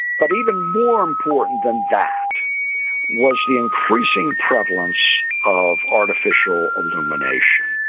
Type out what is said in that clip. but even more important than that was the increasing prevalence of artificial illumination.